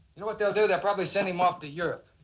you know what they'll do? they'll probably send him off to europe